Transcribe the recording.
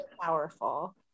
powerful